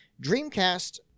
Dreamcast